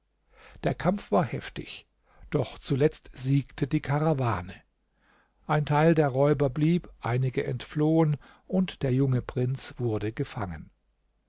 der kampf war heftig doch zuletzt siegte die karawane ein teil der räuber blieb einige entflohen und der junge prinz wurde gefangen